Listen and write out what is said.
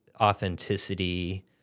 authenticity